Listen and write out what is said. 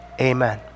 Amen